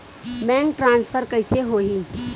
Bank transfer कइसे होही?